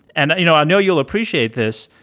and, you know, i know you'll appreciate this,